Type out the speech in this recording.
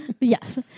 yes